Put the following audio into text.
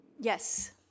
Yes